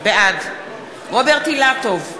בעד רוברט אילטוב,